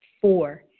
Four